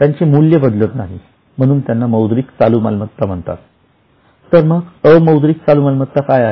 त्यांचे मूल्य बदलत नाही म्हणून त्यांना मौद्रिक चालू मालमत्ता म्हणतात तर मग अमौद्रिक चालू मालमत्ता काय आहेत